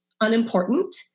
unimportant